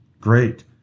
Great